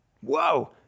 Whoa